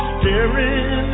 Staring